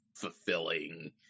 fulfilling